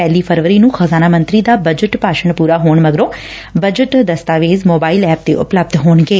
ਪਹਿਲੀ ਫਰਵਰੀ ਨੂੰ ਖਜ਼ਾਨਾ ਮੰਤਰੀ ਦਾ ਬਜਟ ਭਾਸ਼ਣ ਪੁਰਾ ਹੋਣ ਮਗਰੋ ਬਜਟ ਦਸਤਾਵੇਜ ਮੋਬਾਇਲ ਐਪ ਤੇ ਉਪਲੱਬਧ ਹੋਣਗੇ